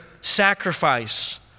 sacrifice